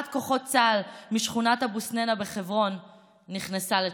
כוחות צה"ל משכונת אבו-סנינה בחברון נכנסה לתוקף.